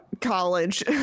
college